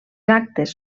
actes